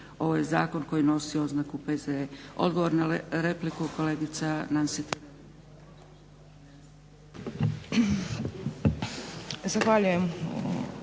Ovo je zakon koji nosi oznaku P.Z.E. Odgovor na repliku, kolegica Nansi Tireli.